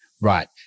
right